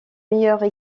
meilleures